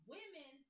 Women